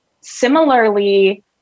Similarly